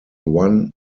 one